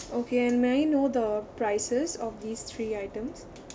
okay and may I know the prices of these three items